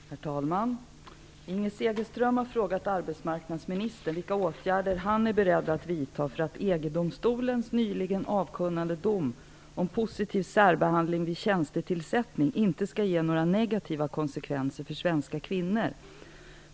Herr talman! Inger Segelström har frågat arbetsmarknadsministern vilka åtgärder han är beredd att vidta för att EG-domstolens nyligen avkunnade dom om positiv särbehandling vid tjänstetillsättning inte skall ge några negativa konsekvenser för svenska kvinnor.